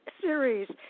series